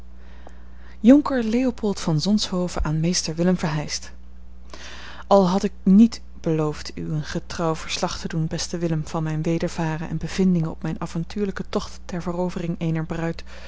jonker leopold van zonshoven aan mr willem verheyst al had ik niet beloofd u een getrouw verslag te doen beste willem van mijn wedervaren en bevindingen op mijn avontuurlijken tocht ter verovering eener bruid